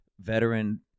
veteran